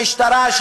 המשטרה,